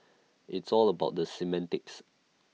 it's all about the semantics